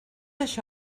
això